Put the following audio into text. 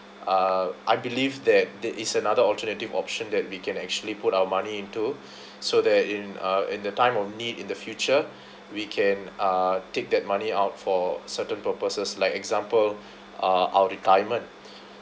uh I believe that that is another alternative option that we can actually put our money into so there in uh in the time of need in the future we can uh take that money out for certain purposes like example uh our retirement